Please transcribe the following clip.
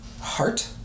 Heart